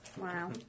wow